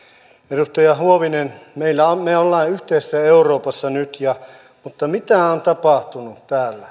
edustaja huovinen me olemme yhteisessä euroopassa nyt mutta mitä on tapahtunut täällä